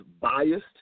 biased